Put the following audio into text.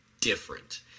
different